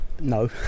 no